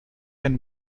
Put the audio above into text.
and